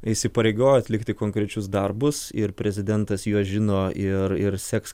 įsipareigojo atlikti konkrečius darbus ir prezidentas juos žino ir ir seks